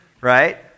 right